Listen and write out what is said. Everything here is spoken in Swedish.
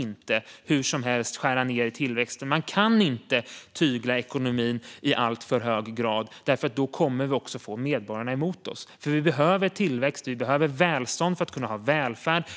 inte kan skära ned tillväxten hur som helst eller tygla ekonomin i alltför hög grad, för då kommer vi att få medborgarna mot oss. Vi behöver tillväxt och välstånd för att kunna ha välfärd.